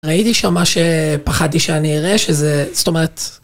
ראיתי שמה ש... פחדתי שאני אראה שזה... זאת אומרת...